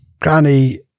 granny